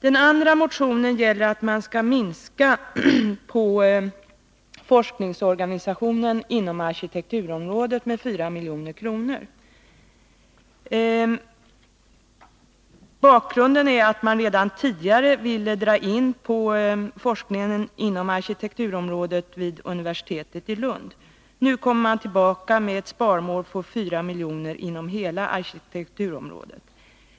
Den andra motionen gäller att man skall minska anslaget till forskningsorganisationen inom arkitekturområdet med 4 milj.kr. Bakgrunden till detta är att man redan tidigare ville dra in på forskningen inom arkitekturområdet vid universitetet i Lund. Nu kommer man tillbaka med ett sparmål på 4 milj.kr. inom hela arkitekturområdet.